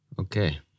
Okay